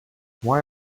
why